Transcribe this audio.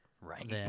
right